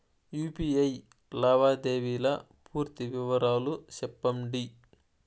UPI లావాదేవీల పూర్తి వివరాలు సెప్పండి?